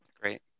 great